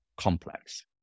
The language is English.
complex